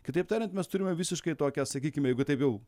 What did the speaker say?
kitaip tariant mes turime visiškai tokią sakykime jeigu taip jau